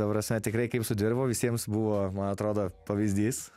ta prasme tikrai kaip sudirbo visiems buvo man atrodo pavyzdys